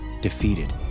Defeated